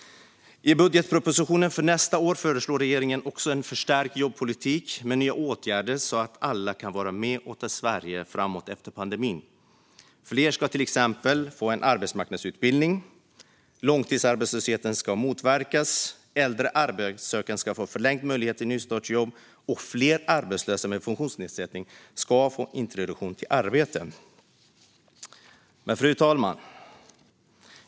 I budgetpropositionen för nästa år föreslår regeringen också en förstärkt jobbpolitik med nya åtgärder så att alla kan vara med och ta Sverige framåt efter pandemin. Till exempel ska fler få en arbetsmarknadsutbildning, långtidsarbetslösheten ska motverkas, äldre arbetssökande ska få förlängd möjlighet till nystartsjobb och fler arbetslösa med funktionsnedsättning ska få introduktion till arbete. Fru talman!